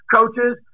coaches